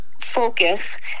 focus